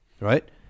right